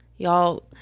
Y'all